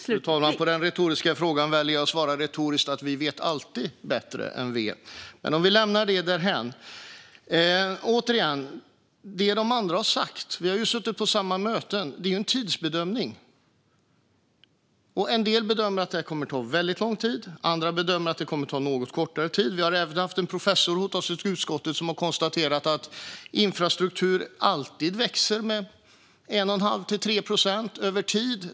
Fru talman! På den retoriska frågan väljer jag att svara retoriskt att vi alltid vet bättre än V. Men vi lämnar det därhän. Det som de andra har sagt, och vi har suttit på samma möten, är en tidsbedömning. En del bedömer att det kommer att ta väldigt lång tid. Andra bedömer att det kommer att ta något kortare tid. Vi har även haft en professor hos oss i utskottet som har konstaterat att infrastruktur alltid växer med 1 1⁄2-3 procent över tid.